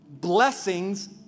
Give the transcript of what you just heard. blessings